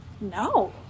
No